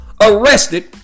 Arrested